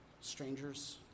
strangers